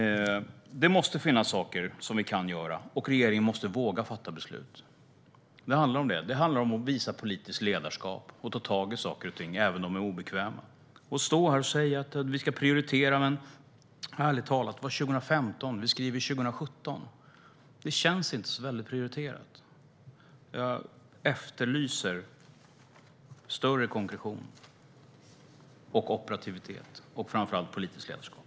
Det måste finnas saker som vi kan göra, och regeringen måste våga fatta beslut. Det handlar om det. Det handlar om att visa politiskt ledarskap och att ta tag i saker och ting även om de är obekväma. Man kan stå här och säga: Vi ska prioritera. Men, ärligt talat, det var 2015. Vi skriver 2017. Det känns inte väldigt prioriterat. Jag efterlyser större konkretion, operativitet och framför allt politiskt ledarskap.